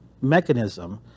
mechanism